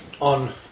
on